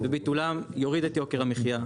וביטולם יוריד את יוקר המחיה.